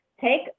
Take